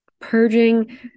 Purging